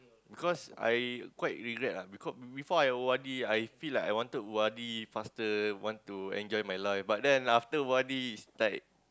because I quite regret ah because before I O_R_D I feel like I want to O_R_D faster enjoy my life but then after O_R_D it's like